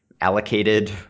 allocated